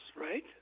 right